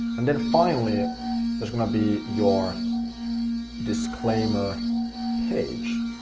and then finally there's gonna be your disclaimer page,